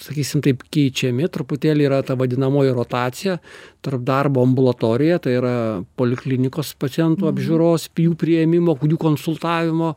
sakysim taip keičiami truputėlį yra ta vadinamoji rotacija tarp darbo ambulatorijoje tai yra poliklinikos pacientų apžiūros jų priėmimo konsultavimo